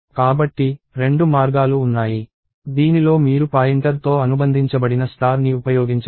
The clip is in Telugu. కాబట్టి రెండు మార్గాలు ఉన్నాయి దీనిలో మీరు పాయింటర్తో అనుబంధించబడిన స్టార్ ని ఉపయోగించవచ్చు